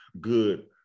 good